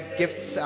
gifts